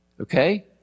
okay